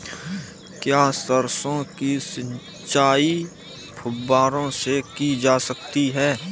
क्या सरसों की सिंचाई फुब्बारों से की जा सकती है?